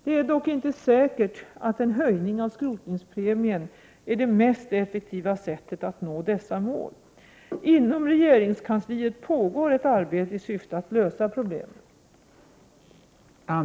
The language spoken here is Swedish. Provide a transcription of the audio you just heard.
Det är dock inte säkert att en höjning av skrotningspremien är det mest effektiva sättet att nå dessa mål. Inom regeringskansliet pågår arbete i syfte att lösa problemen.